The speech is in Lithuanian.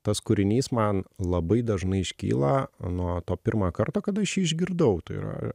tas kūrinys man labai dažnai iškyla nuo to pirmo karto kada aš išgirdau tai yra